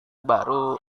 baru